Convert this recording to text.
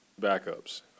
backups